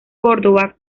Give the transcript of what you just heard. córdoba